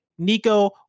Nico